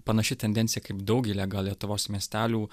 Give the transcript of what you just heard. panaši tendencija kaip daugelyje lietuvos miestelių